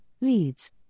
leads